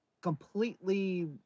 completely